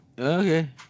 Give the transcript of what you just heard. Okay